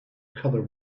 color